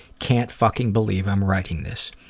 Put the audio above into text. can't fucking believe i'm writing this.